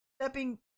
stepping